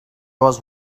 was